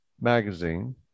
Magazine